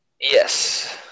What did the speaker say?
Yes